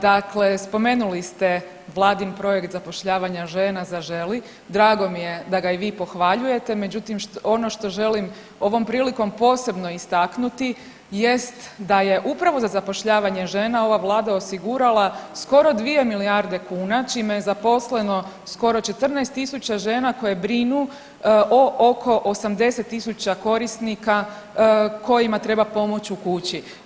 Dakle spomenuli ste vladin projekt zapošljavanja žena „Zaželi“, drago mi je da ga i vi pohvaljujete, međutim ono što želim ovom prilikom posebno istaknuti jest da je upravo za zapošljavanje žena ova vlada osigurala skoro 2 milijarde kuna čime je zaposleno skoro 14 tisuća žena koje brinu o oko 80 tisuća korisnika kojima treba pomoć u kući.